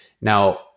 now